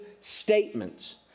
statements